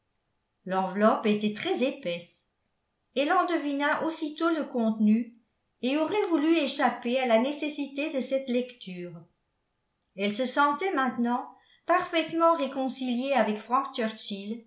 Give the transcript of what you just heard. l'enveloppe était très épaisse elle en devina aussitôt le contenu et aurait voulu échapper à la nécessité de cette lecture elle se sentait maintenant parfaitement réconciliée avec frank